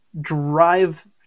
drive